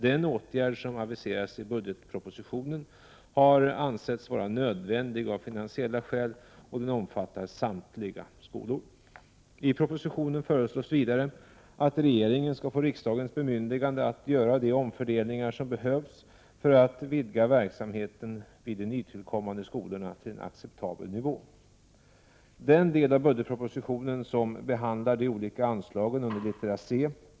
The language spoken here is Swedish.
Den åtgärd som aviseras i budgetpropositionen har ansetts vara nödvändig av finansiella skäl och den omfattar samtliga skolor. I den propositionen föreslås vidare att regeringen skall få riksdagens bemyndigande att göra de omfördelningar som behövs för att vidga verksamheten vid de nytillkomna skolorna till en acceptabel nivå. Den del av budgetpropositionen som behandlar de olika anslagen under littera C.